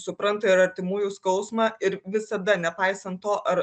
supranta ir artimųjų skausmą ir visada nepaisant to ar